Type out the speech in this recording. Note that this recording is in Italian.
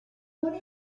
buona